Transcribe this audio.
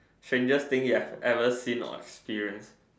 strangest thing you have ever seen or experience